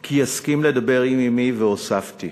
כי יסכים לדבר עם אמי, והוספתי: